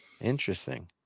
Interesting